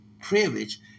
privilege